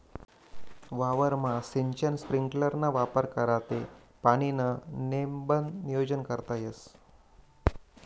वावरमा सिंचन स्प्रिंकलरना वापर करा ते पाणीनं नेमबन नियोजन करता येस